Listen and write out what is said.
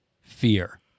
Fear